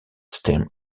stem